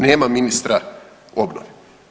Nema ministra obnove.